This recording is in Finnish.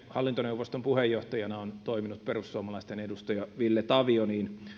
hallintoneuvoston puheenjohtajana on toiminut perussuomalaisten edustaja ville tavio